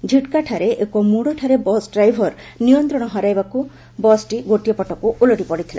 ଝିଟ୍କା ଠାରେ ଏକ ମୋଡ ଠାରେ ବସ୍ ଡ୍ରାଇଭର ନିୟନ୍ତ୍ରଣ ହରାଇବାକୁ ବସ୍ଟି ଗୋଟିଏ ପଟକୁ ଓଲଟି ପଡିଥିଲା